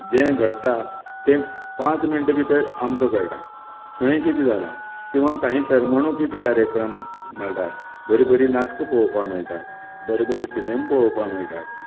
जें घडटा तें पांच मिणटां भितर आमकां कळटा खंय कितें जालां किंवां काही करमणूकीचे कार्यक्रम मेळटा बरीं बरीं नाटकां पळोवपाक मेळटा बरें बरें सिनेमा पळोवपा मेळटा